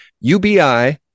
UBI